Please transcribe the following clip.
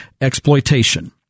exploitation